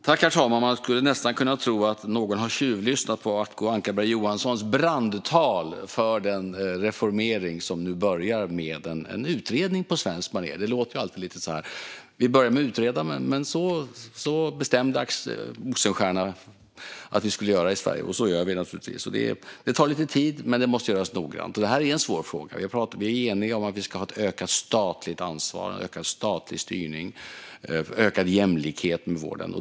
Herr talman! Man skulle nästan kunna tro att någon har tjuvlyssnat på Acko Ankarberg Johanssons brandtal för den reformering som nu börjar med en utredning, på svenskt manér. Det låter alltid lite så där att vi börjar med att utreda. Men så bestämde Axel Oxenstierna att vi skulle göra i Sverige, och så gör vi naturligtvis. Det tar lite tid, men detta måste göras noggrant. Det är en svår fråga. Vi är eniga om att vi ska ha ett ökat statligt ansvar, en ökad statlig styrning och en ökad jämlikhet i vården.